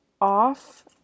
off